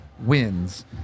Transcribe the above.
wins